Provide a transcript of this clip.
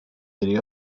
area